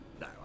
no